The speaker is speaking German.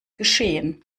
geschehen